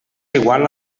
igual